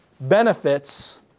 benefits